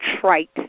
trite